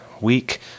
week